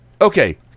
okay